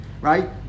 right